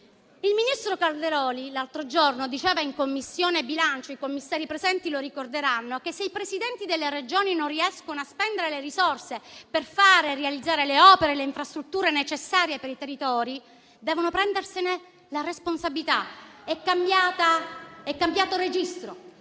Il ministro Calderoli diceva l'altro giorno in Commissione bilancio - i commissari presenti lo ricorderanno - che, se i Presidenti delle Regioni non riescono a spendere le risorse per realizzare le opere e le infrastrutture necessarie per i territori, devono prendersene la responsabilità. È cambiato registro: